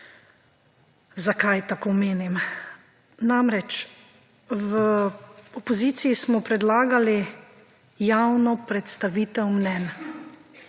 zakaj tako menim. Namreč, v opoziciji smo predlagali javno predstavitev mnenj.